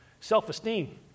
self-esteem